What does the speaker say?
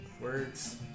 words